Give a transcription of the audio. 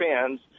fans –